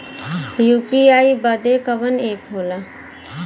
UPI बदे कवन app होला?